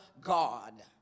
God